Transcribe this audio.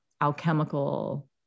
alchemical